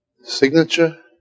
signature